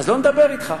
לא נדבר אתך,